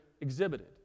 exhibited